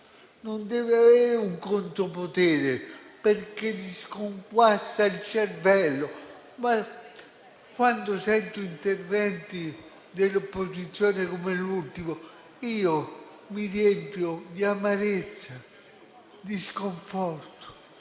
non deve avere un contropotere, perché gli sconquassa il cervello. Quando ascolto alcuni interventi dell'opposizione, come l'ultimo, mi riempio di amarezza, di sconforto,